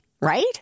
right